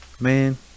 Man